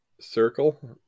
circle